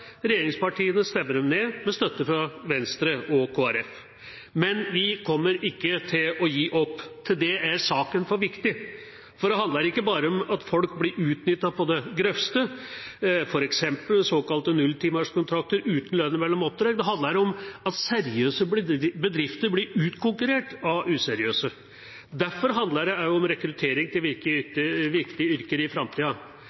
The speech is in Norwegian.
regjeringspartiene stemmer dem ned med støtte fra Venstre og Kristelig Folkeparti. Men vi kommer ikke til å gi opp, til det er saken for viktig, for det handler ikke bare om at folk blir utnyttet på det grøvste, f.eks. såkalte nulltimerskontrakter uten lønn mellom oppdrag, det handler om at seriøse bedrifter blir utkonkurrert av useriøse. Derfor handler det også om rekruttering til